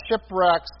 shipwrecks